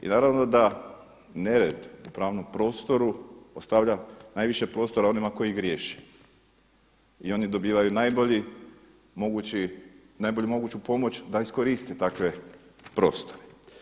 I naravno da nered u pravnom prostoru ostavlja najviše prostora onima koji griješe i oni dobivaju najbolju moguću pomoć da iskoriste takve prostore.